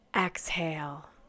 exhale